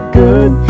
good